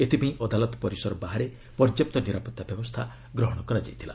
ଏଥିପାଇଁ ଅଦାଲତ ପରିସର ବାହାରେ ପର୍ଯ୍ୟାପ୍ତ ନିରାପତ୍ତା ବ୍ୟବସ୍ଥା ଗ୍ରହଣ କରାଯାଇଥିଲା